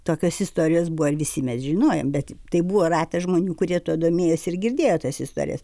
tokios istorijos buvo ir visi mes žinojom bet tai buvo ratas žmonių kurie tuo domėjosi ir girdėjo tas istorijas